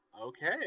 Okay